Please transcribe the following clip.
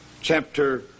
chapter